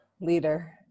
Leader